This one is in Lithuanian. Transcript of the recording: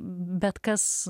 bet kas